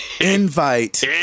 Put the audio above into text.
invite